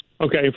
Okay